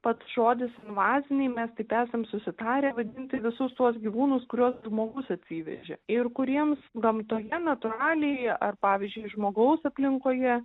pats žodis invaziniai mes taip esam susitarę vadinti visus tuos gyvūnus kuriuos žmogus atsivežė ir kuriems gamtoje natūraliai ar pavyzdžiui žmogaus aplinkoje